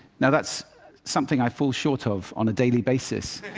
now that's something i fall short of on a daily basis.